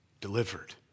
delivered